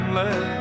let